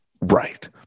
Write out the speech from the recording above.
Right